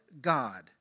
God